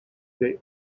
they